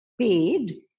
paid